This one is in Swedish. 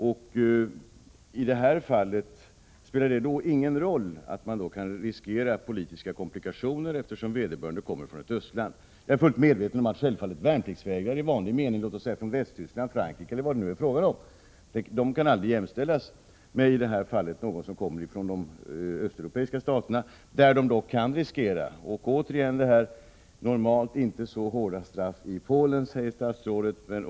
Spelar det ingen roll, som i det här fallet, att vederbörande riskerade politiska komplikationer, eftersom vederbörande kom från ett östland? Jag är självfallet fullt medveten om att värnpliktsvägrare i vanlig mening — låt oss säga från Västtyskland, Frankrike eller vilket land det nu kan vara — aldrig kan jämställas med den som kommer från någon av de östeuropeiska staterna, där man riskerar påföljd. Jag återkommer till vad statsrådet säger om att det normalt inte är så hårda straff i Polen.